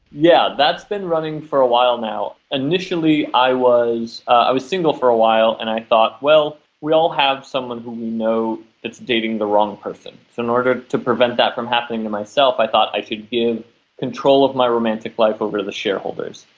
yeah that's been running for a while now. initially, i was i was single for a while and i thought, well, we all have someone who we know that's dating the wrong person. so in order to prevent that from happening to myself i thought i should give control of my romantic life over to the shareholders.